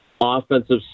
offensive